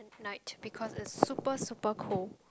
night because it's super super cold